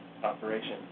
Operation